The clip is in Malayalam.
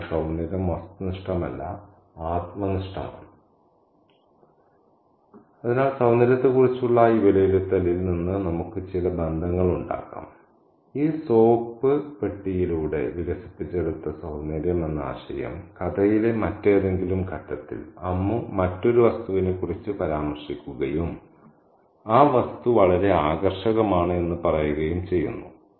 അതിനാൽ സൌന്ദര്യം വസ്തുനിഷ്ഠമല്ല ആത്മനിഷ്ഠമാണ് അതിനാൽ സൌന്ദര്യത്തെക്കുറിച്ചുള്ള ഈ വിലയിരുത്തലിൽ നിന്ന് നമുക്ക് ചില ബന്ധങ്ങൾ ഉണ്ടാക്കാം ഈ സോപ്പ് പെട്ടിയിലൂടെ വികസിപ്പിച്ചെടുത്ത സൌന്ദര്യം എന്ന ആശയം കഥയിലെ മറ്റേതെങ്കിലും ഘട്ടത്തിൽ അമ്മു മറ്റൊരു വസ്തുവിനെക്കുറിച്ച് പരാമർശിക്കുകയും ആ വസ്തു വളരെ ആകർഷകമാണ് എന്ന് പറയുകയും ചെയ്യുന്നു